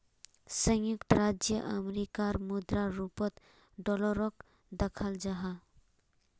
संयुक्त राज्य अमेरिकार मुद्रा रूपोत डॉलरोक दखाल जाहा